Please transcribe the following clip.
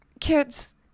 Kids